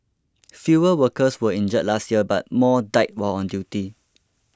fewer workers were injured last year but more died while on duty